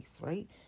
right